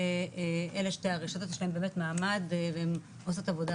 ואלה שתי הרשתות יש להם באמת מעמד והם עושות עבודה